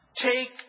Take